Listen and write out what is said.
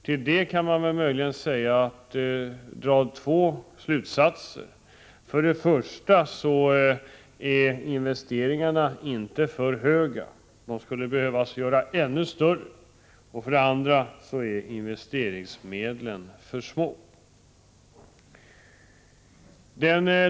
Till detta kan man möjligen dra två slutsatser: För det första är investeringarna inte för höga, de skulle behöva vara större. För det andra är investeringsmedlen för små.